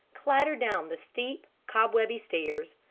clattered down the steep, cobwebby stairs,